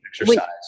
exercise